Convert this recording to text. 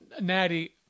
Natty